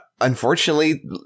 unfortunately